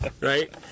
right